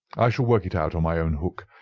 i shall work it out on my own hook.